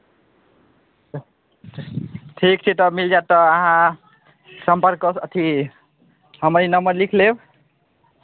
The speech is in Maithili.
तऽ ठीक छै तऽ मिल जायत तऽ अहाँ सम्पर्क कऽ कऽ अथी हमर ई नम्बर लिख लेब